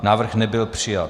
Návrh nebyl přijat.